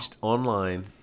online